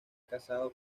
casado